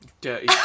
dirty